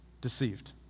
deceived